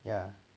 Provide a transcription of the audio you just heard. ya